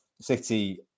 City